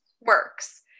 works